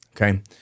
Okay